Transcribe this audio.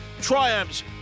triumphs